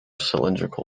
cylindrical